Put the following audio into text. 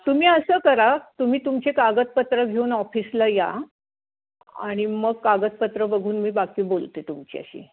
तुम्ही असं करा तुम्ही तुमचे कागदपत्र घेऊन ऑफिसला या आणि मग कागदपत्र बघून मी बाकी बोलते तुमच्याशी